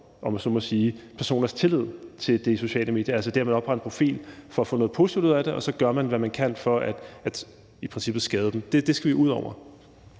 om man så må sige, personers tillid til de sociale medier på. Det er det her med at oprette en profil for at få noget positivt ud af det, og så gør man, hvad man kan for i princippet at skade dem. Det skal vi ud over.